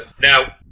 Now